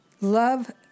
Love